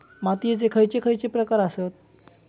मातीयेचे खैचे खैचे प्रकार आसत?